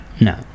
no